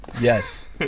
Yes